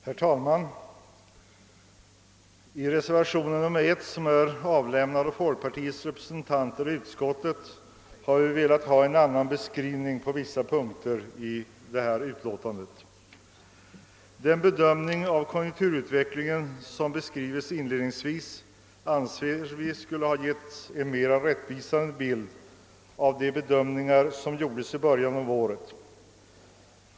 Herr talman! I reservation 1, som är avlämnad av folkpartiets representanter i utskottet, har vi velat ha en annan beskrivning på vissa punkter i utlåtan det. Den bedömning av konjunkturutvecklingen som beskrives inledningsvis anser vi borde ha getts en mera rättvisande bild av de bedömningar som gjordes i början av året.